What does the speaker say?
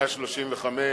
פה בעניין סעיף 135 לתקנון,